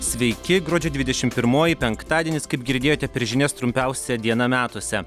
sveiki gruodžio dvidešim pirmoji penktadienis kaip girdėjote per žinias trumpiausia diena metuose